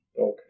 okay